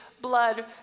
blood